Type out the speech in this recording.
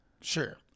Sure